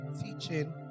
teaching